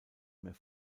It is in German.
mehr